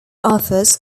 offers